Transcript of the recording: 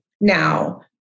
now